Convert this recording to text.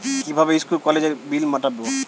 কিভাবে স্কুল কলেজের বিল মিটাব?